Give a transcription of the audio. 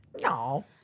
No